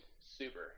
Super